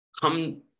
come